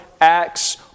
acts